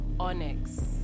Onyx